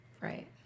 Right